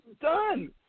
done